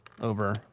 over